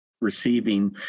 receiving